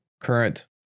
current